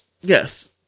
Yes